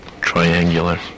triangular